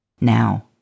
Now